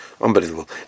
Unbelievable